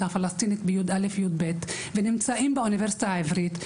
הפלסטינית בי"א-י"ב ונמצאים באוניברסיטה העברית,